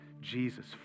Jesus